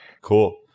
Cool